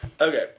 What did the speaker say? Okay